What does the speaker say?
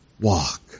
walk